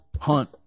hunt